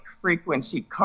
frequency